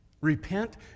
Repent